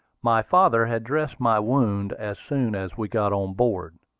my father had dressed my wound as soon as we got on board.